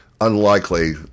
Unlikely